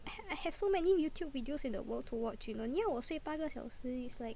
I I have so many YouTube videos in the world to watch you know 你要我睡八个小时 is like